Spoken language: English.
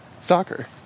soccer